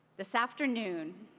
this afternoon,